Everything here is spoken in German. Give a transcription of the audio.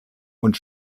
und